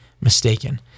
mistaken